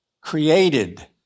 created